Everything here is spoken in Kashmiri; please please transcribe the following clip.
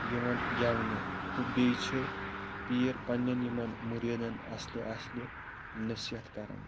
یوان گیٚونہٕ تہٕ بیٚیہِ چھِ پیٖر پَننیٚن یمن مُریٖدَن اصلہِ اصلہِ نصیٖحت کران